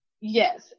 Yes